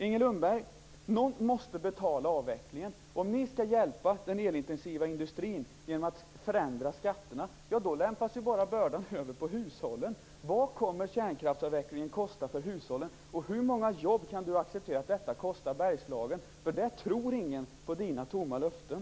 Någon måste betala avvecklingen, Inger Lundberg. Om ni skall hjälpa den elintensiva industrin genom att förändra skatterna lämpas bara bördan över på hushållen. Vad kommer kärnkraftsavvecklingen att kosta för hushållen? Hur många jobb kan Inger Lundberg acceptera att detta kostar Bergslagen? Där tror ingen på Inger Lundbergs tomma löften.